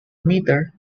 metre